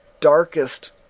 darkest